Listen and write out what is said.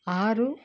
ಆರು